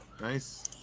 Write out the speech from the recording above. Nice